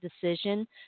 decision